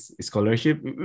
scholarship